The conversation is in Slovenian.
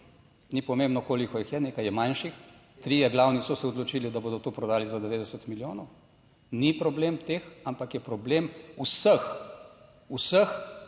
Ni pomembno, koliko jih je, nekaj je manjših, trije glavni so se odločili, da bodo to prodali za 90 milijonov. Ni problem teh, ampak je problem vseh, vseh